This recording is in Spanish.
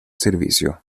servicio